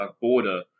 Border